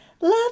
love